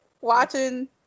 watching